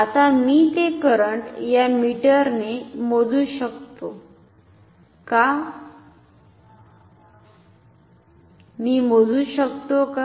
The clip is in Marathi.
आता मी ते करंट या मीटर ने मोजू शकतो का